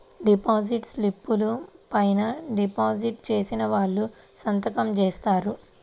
deposit స్లిపుల పైన deposit చేసిన వాళ్ళు సంతకం జేత్తారు